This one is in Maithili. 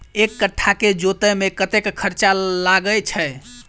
एक कट्ठा केँ जोतय मे कतेक खर्चा लागै छै?